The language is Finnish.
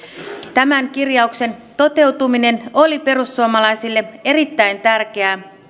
tämän kirjauksen toteutuminen oli perussuomalaisille erittäin tärkeää